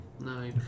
No